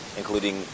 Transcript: including